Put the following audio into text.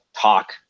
talk